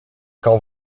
quand